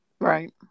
Right